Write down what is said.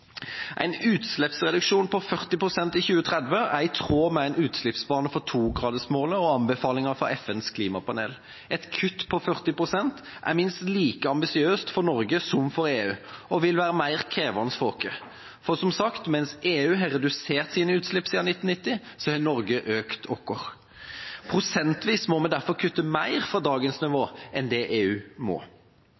En utslippsreduksjon på 40 pst. i 2030 er i tråd med en utslippsbane for togradersmålet og anbefalinga fra FNs klimapanel. Et kutt på 40 pst. er minst like ambisiøst for Norge som for EU og vil være mer krevende for oss, for som sagt, mens EU har redusert sine utslipp siden 1990, har Norge økt sine. Prosentvis må vi derfor kutte mer fra dagens nivå enn det EU må.